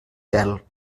cel